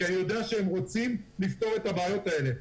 כי אני יודע שהם רוצים לפתור את הבעיות האלה,